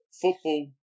football